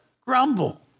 grumble